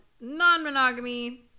non-monogamy